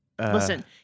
Listen